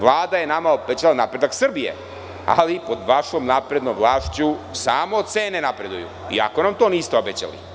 Vlada je nama obećala napredak Srbije, ali pod vašom naprednom vlašću, samo cene napreduju, iako nam niste to obećali.